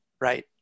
Right